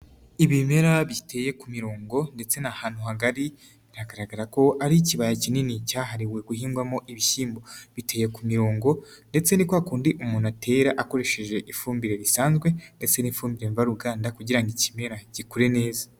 Ibimera biteye ku mirongo ndetse ni ahantutu hagari biragaragara ko ari ikibaya kinini cyahariwe guhingwamo ibishyimbo, biteye ku mirongo ndetse ni kwa kundi umuntu atera akoresheje ifumbire risanzwe ndetse n'ifumbire mvaruganda kugira ngo ikimera gikure neza.